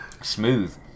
Smooth